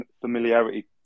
familiarity